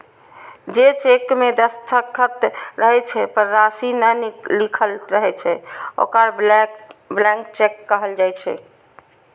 जे चेक मे दस्तखत रहै छै, पर राशि नै लिखल रहै छै, ओकरा ब्लैंक चेक कहल जाइ छै